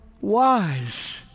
wise